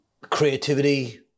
Creativity